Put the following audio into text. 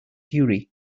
fury